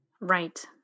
Right